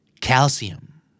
Calcium